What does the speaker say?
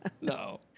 No